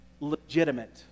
legitimate